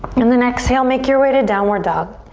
and then exhale, make your way to downward dog.